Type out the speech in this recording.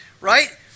right